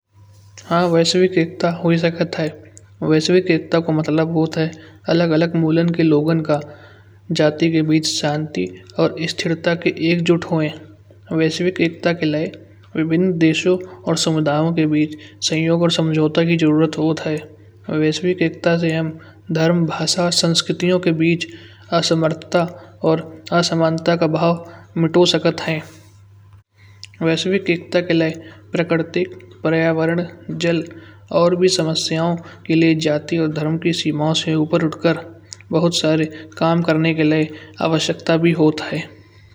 हाँ वैश्विकता हो सकता है वैसे मतलब होता है। अलग अलगमूल्यन के लोगों का जाति के बीच शांति और स्थिरता के एकजुट हुए वैश्विकता के लए। विभिन्न देशों और समुदायों के बीच सहयोग और समझौता की जरूरत होत है। वैश्विकता से हम धर्म भाषा संस्कृतियों के बीच असमर्थता और असमानता का भाव मिटो सकत है। वैश्विकता के लए प्रकृति पर्यावरण जल और भी समस्याओं के लिए जाति और धर्म की सीमा से ऊपर उठकर बहुत सारे काम करने के लिए आवश्यकता भी होता है।